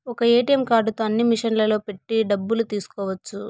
ఒక్క ఏటీఎం కార్డుతో అన్ని మిషన్లలో పెట్టి డబ్బులు తీసుకోవచ్చు